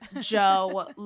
Joe